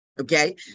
Okay